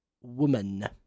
woman